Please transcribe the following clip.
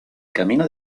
camino